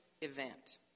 event